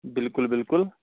بالکل بالکل